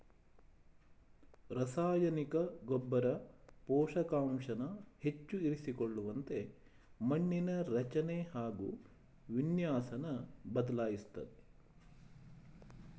ರಸಾಯನಿಕ ಗೊಬ್ಬರ ಪೋಷಕಾಂಶನ ಹೆಚ್ಚು ಇರಿಸಿಕೊಳ್ಳುವಂತೆ ಮಣ್ಣಿನ ರಚನೆ ಹಾಗು ವಿನ್ಯಾಸನ ಬದಲಾಯಿಸ್ತದೆ